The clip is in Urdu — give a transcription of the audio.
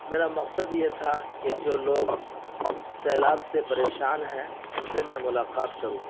میرا مقصد یہ تھا کہ جو لوگ سیلاب سے پریشان ہیں ان سے میں ملاقات کروں